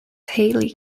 haley